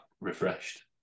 refreshed